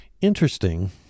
Interesting